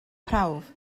prawf